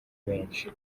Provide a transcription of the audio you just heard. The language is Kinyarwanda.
benshi